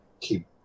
keep